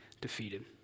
defeated